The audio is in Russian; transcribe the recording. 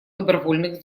добровольных